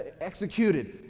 executed